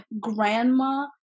grandma